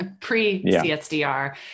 pre-CSDR